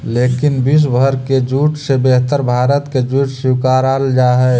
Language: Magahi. लेकिन विश्व भर के जूट से बेहतर भारत के जूट स्वीकारल जा हइ